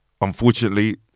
unfortunately